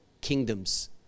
kingdoms